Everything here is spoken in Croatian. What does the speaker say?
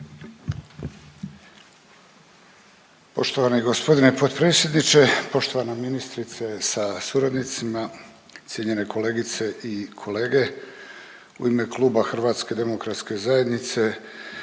Poštovani g. potpredsjedniče, poštovana ministrice sa suradnicima, cijenjene kolegice i kolege. U ime kluba HDZ-a naravno da